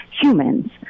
humans